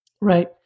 Right